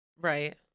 Right